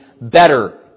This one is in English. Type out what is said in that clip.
better